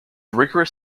rigorous